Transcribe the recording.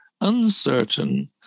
uncertain